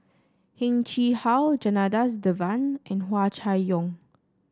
Heng Chee How Janadas Devan and Hua Chai Yong